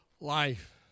life